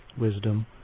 wisdom